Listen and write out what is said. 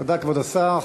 תודה, כבוד השר.